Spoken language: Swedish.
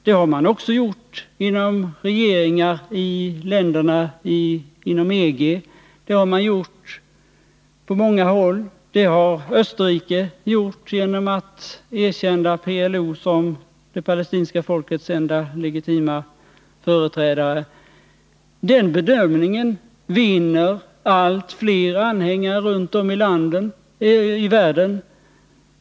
Det har man också gjort inom regeringar i EG-länderna och på många andra håll. Det har Österrike gjort genom att erkänna PLO som det palestinska folkets enda legitima företrädare. Den bedömningen vinner allt fler anhängare runt om i världen.